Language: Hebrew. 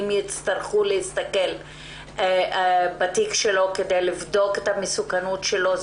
יצטרכו להסתכל בתיק שלו כדי לבדוק את המסוכנות שלו,